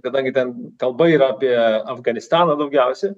kadangi ten kalba yra apie afganistaną daugiausiai